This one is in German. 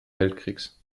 weltkriegs